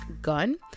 Gun